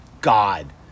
God